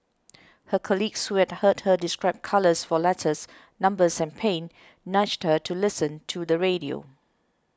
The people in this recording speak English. her colleagues who had heard her describe colours for letters numbers and pain nudged her to listen to the radio